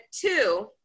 two